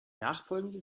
nachfolgende